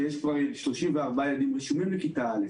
שיש כבר 34 ילדים הרשומים לכיתה א',